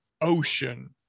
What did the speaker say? ocean